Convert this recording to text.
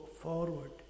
forward